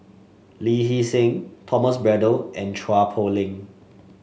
Lee Hee Seng Thomas Braddell and Chua Poh Leng